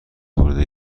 خورده